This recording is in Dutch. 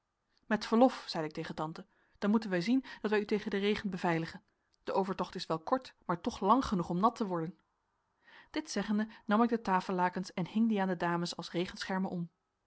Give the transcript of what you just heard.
met verlof zeide ik tegen tante dan moeten wij zien dat wij u tegen den regen beveiligen de overtocht is wel kort maar toch lang genoeg om nat te worden dit zeggende nam ik de tafellakens en hing die aan de dames als regenschermen om